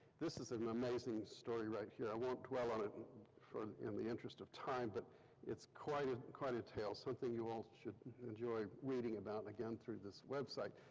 this is an amazing story right here. i won't dwell on it and in the interest of time, but it's quite quite a tale, something you all should enjoy reading about, again, through this website.